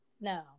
no